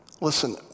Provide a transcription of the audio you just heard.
listen